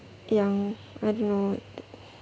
yang I don't know